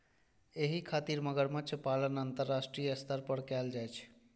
एहि खातिर मगरमच्छ पालन अंतरराष्ट्रीय स्तर पर कैल जाइ छै